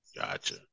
Gotcha